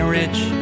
rich